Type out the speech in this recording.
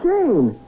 Jane